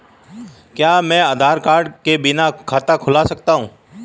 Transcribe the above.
क्या मैं आधार कार्ड के बिना खाता खुला सकता हूं?